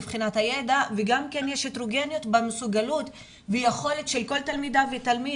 מבחינת הידע וגם כן יש הטרוגניות במסוגלות ויכולת של כל תלמידה ותלמיד,